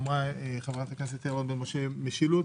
אמרה חברת הכנסת יעל רון בן משה: משילות.